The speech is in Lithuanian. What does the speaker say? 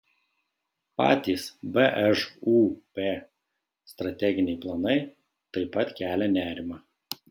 patys bžūp strateginiai planai taip pat kelia nerimą